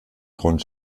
grund